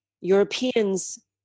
Europeans